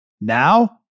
Now